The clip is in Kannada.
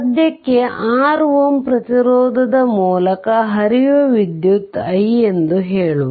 ಸದ್ಯಕ್ಕೆ 6 Ω ಪ್ರತಿರೋಧದ ಮೂಲಕ ಹರಿಯುವ ವಿದ್ಯುತ್ i ಎಂದು ಹೇಳುವ